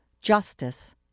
justice